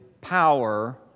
power